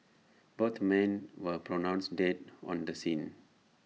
both men were pronounced dead on the scene